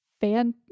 fan